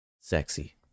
sexy